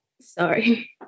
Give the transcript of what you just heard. Sorry